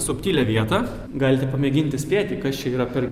subtilią vietą galite pamėginti spėti kas čia yra per